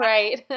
Right